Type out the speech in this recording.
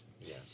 Yes